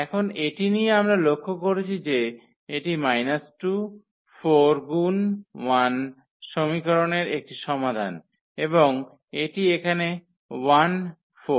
এখন এটি নিয়ে আমরা লক্ষ্য করেছি যে এটি 2 4 গুন 1 সমীকরণের একটি সমাধান এবং এটি এখানে 1 4